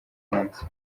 munsi